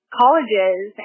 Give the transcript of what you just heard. colleges